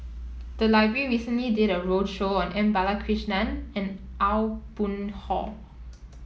the library recently did a roadshow on M Balakrishnan and Aw Boon Haw